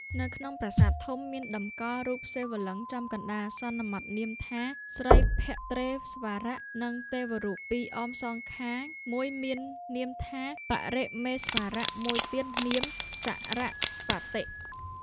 នៅក្នុងប្រាសាទធំ មានតម្កល់រូបសិវលិង្គចំកណ្តាល សន្មតនាមថា ស្រីភទ្រេស្វរៈ និងទេវរូបពីរអមសងខាង មួយមាននាមថា បរមេស្វរៈ មួយទៀតនាម សរស្វតិ ។